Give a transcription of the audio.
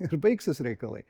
ir baigsis reikalai